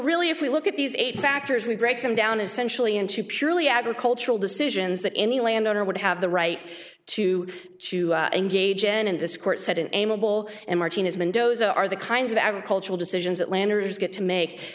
really if we look at these eight factors we break them down essentially into purely agricultural decisions that any land owner would have the right to choose to engage in this court said an amiable and martinez windows are the kinds of agricultural decisions that landers get to make